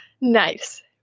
Nice